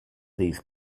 these